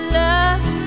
love